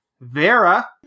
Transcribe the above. Vera